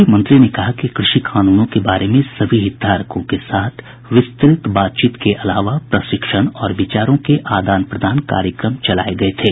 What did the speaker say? श्री प्रसाद ने कहा कि कृषि कानूनों के बारे में सभी हितधारकों के साथ विस्तृत बातचीत के अलावा प्रशिक्षण और विचारों के आदान प्रदान कार्यक्रम चलाए गए थे